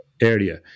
Area